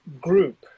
group